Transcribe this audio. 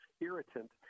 irritant